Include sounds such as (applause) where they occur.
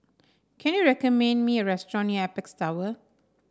can you recommend (unintelligible) me a restaurant near Apex Tower